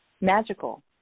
magical